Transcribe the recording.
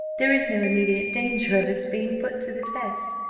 there is no immediate danger of its being put to the test.